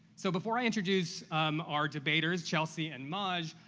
so before i introduce our debaters, chelsea and maj,